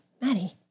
Maddie